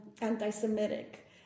anti-Semitic